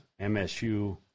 MSU